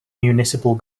municipal